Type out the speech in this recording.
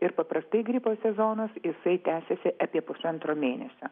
ir paprastai gripo sezonas jisai tęsiasi apie pusantro mėnesio